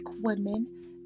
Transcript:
women